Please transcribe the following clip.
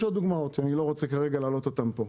ויש עוד דוגמאות שאני לא רוצה כרגע להעלות אותם פה.